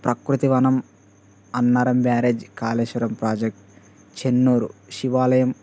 ప్రకృతి వనం Annaram barrage Kaleshwaram project Chennur శివాలయం